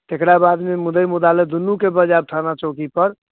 तकरा बादमे मुद्दै मुदालह दुन्नूके बजायब थाना चौकीपर